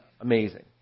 amazing